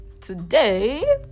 today